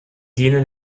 dienen